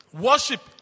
Worship